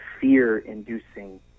fear-inducing